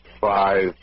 five